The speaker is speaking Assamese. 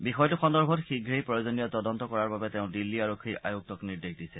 বিষয়টো সন্দৰ্ভত শীঘ্ৰেই প্ৰয়োজনীয় তদন্ত কৰাৰ বাবে তেওঁ দিল্লী আৰক্ষীৰ আয়ুক্তক নিৰ্দেশ দিছে